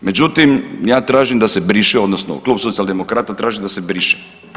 Međutim, ja tražim da se briše odnosno Klub socijaldemokrata traži da se briše.